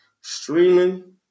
Streaming